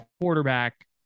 quarterback